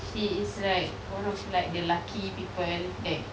she is like one of like the lucky people that